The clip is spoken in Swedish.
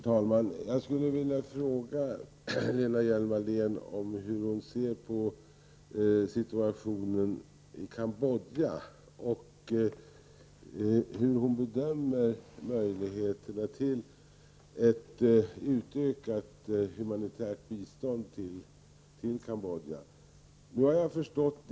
Herr talman! Jag skulle vilja fråga Lena Hjelm Wallén hur hon ser på situationen i Cambodja och hur hon bedömer möjligheterna till ett utökat humanitärt bistånd till Cambodja.